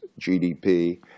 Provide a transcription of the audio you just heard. GDP